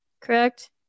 correct